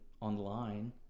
online